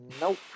nope